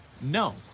No